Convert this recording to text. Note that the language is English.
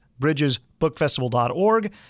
bridgesbookfestival.org